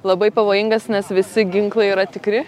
labai pavojingas nes visi ginklai yra tikri